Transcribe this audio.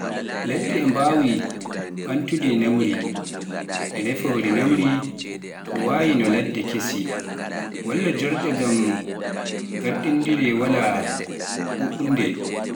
Leɗɗe e mbaawi ɓamtude ñamri e nafoore ñamri, ko wayi no leɗɗe kese walla joorɗe ngam garnirde walla ɓuuɓnude.